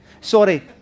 Sorry